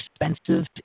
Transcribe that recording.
expensive